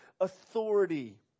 authority